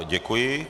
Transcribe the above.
Děkuji.